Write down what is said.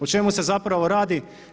O čemu se zapravo radi?